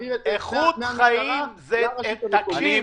שנעביר את זה מהמשטרה אל הרשות המקומית.